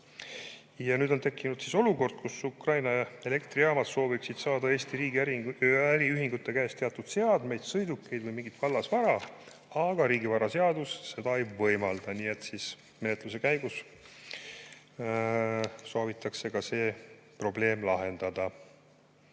Nüüd on tekkinud olukord, kus Ukraina elektrijaamad sooviksid saada Eesti riigi äriühingute käest teatud seadmeid, sõidukeid või mingit vallasvara, aga riigivaraseadus seda ei võimalda. Menetluse käigus soovitakse see probleem lahendada.